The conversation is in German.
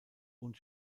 und